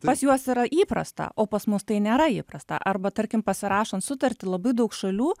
pas juos yra įprasta o pas mus tai nėra įprasta arba tarkim pasirašant sutartį labai daug šalių